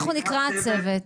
איך נקרא הצוות?